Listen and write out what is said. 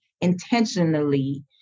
intentionally